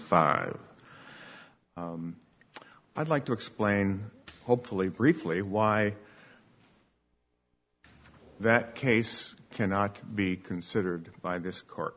five i'd like to explain hopefully briefly why that case cannot be considered by this court